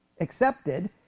accepted